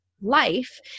life